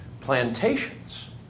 Plantations